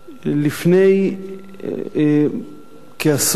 לפני כעשור